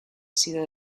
sido